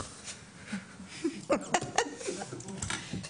אגב, מחר הוועדה יוצאת